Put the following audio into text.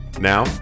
Now